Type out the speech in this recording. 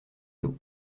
dos